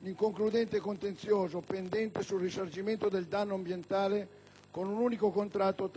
l'inconcludente contenzioso pendente sul risarcimento del danno ambientale con un unico contratto